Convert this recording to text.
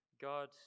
God